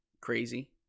Crazy